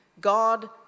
God